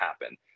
happen